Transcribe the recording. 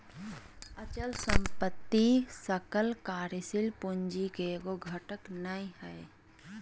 अचल संपत्ति सकल कार्यशील पूंजी के एगो घटक नै हइ